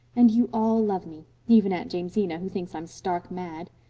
and you all love me even aunt jamesina, who thinks i'm stark mad.